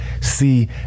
see